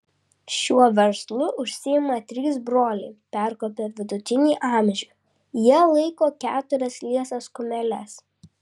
šiuo verslu užsiima trys broliai perkopę vidutinį amžių jie laiko keturias liesas kumeles